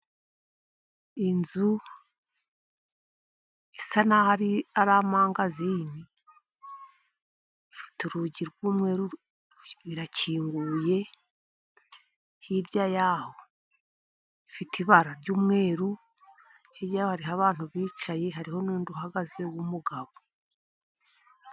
Inzu isa n'aho ari amangazini, ifite urugi rw'umweru irakinguye hirya yaho ifite ibara ry'umweru, hirya yaho hari abantu bicaye, hariho n'undi uhagaze w'umugabo.